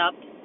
up